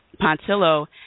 Pontillo